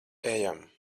ejam